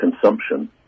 consumption